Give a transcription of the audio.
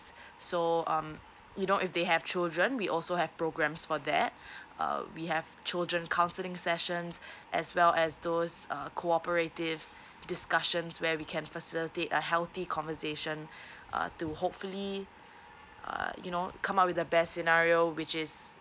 so um you know if they have children we also have programmes for that uh we have children counselling sessions as well as those err cooperative discussions where we can facilitate a healthy conversation uh to hopefully uh you know come up with the best scenario which is